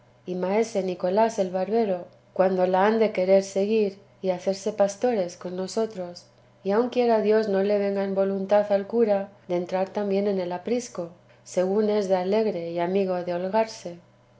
y maese nicolás el barbero cuando la han de querer seguir y hacerse pastores con nosotros y aun quiera dios no le venga en voluntad al cura de entrar también en el aprisco según es de alegre y amigo